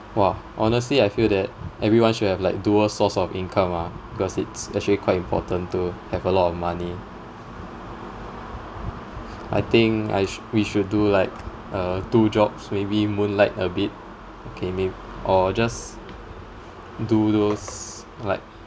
!wah! honestly I feel that everyone should have like dual source of income ah because it's actually quite important to have a lot of money I think I sh~ we should do like uh two jobs maybe moonlight a bit okay may~ or just do those like